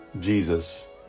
Jesus